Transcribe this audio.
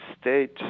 state